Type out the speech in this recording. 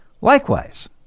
Likewise